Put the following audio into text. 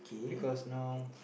because now